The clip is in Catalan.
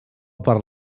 per